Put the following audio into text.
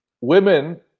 women